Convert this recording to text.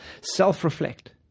Self-reflect